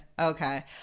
Okay